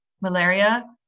malaria